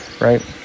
right